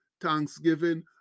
thanksgiving